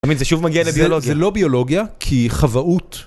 תמיד זה שוב מגיע לביולוגיה. זה לא ביולוגיה, כי חוואות.